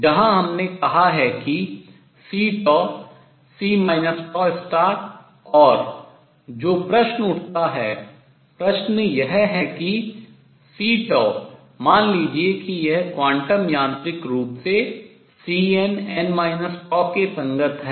जहां हमने कहा है कि CC और जो प्रश्न उठता है प्रश्न यह है कि C मान लीजिए कि यह क्वांटम यांत्रिक रूप से Cnn के संगत है